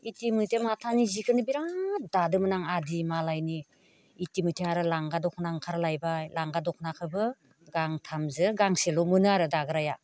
इटिमयधे माथानि जिखौनो बिराद दादोंमोन आं आदि मालायनि इटिमयधे आरो लांगा दखना ओंखारलायबाय लांगा दखनाखौबो गांथामजों गांसेल' मोनो आरो दाग्राया